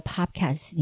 Podcast